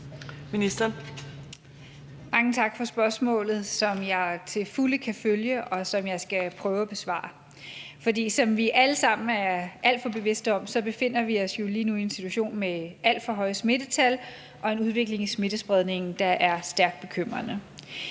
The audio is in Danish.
Mange tak for spørgsmålet, som jeg til fulde kan følge, og som jeg skal prøve at besvare. Som vi alle sammen er alt for bevidste om, befinder vi os jo lige nu i en situation med alt for høje smittetal og en udvikling i smittespredningen, der er stærkt bekymrende.